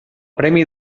premi